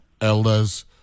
elders